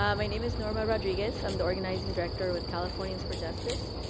um my name is norma rodriguez. i'm the organizing director with californians for justice.